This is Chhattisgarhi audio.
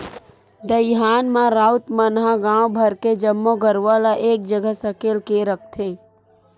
दईहान म राउत मन ह गांव भर के जम्मो गरूवा ल एक जगह सकेल के रखथे